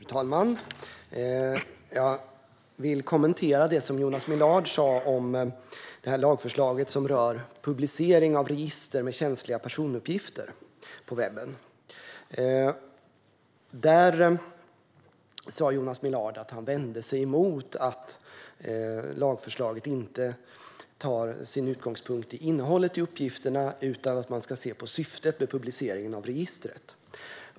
Fru talman! Jag vill kommentera det Jonas Millard sa om lagförslaget som rör publicering på webben av register med känsliga personuppgifter. Jonas Millard sa att han vänder sig emot att lagförslaget inte tar sin utgångspunkt i innehållet i uppgifterna utan att man ska se på syftet med publiceringen av registret.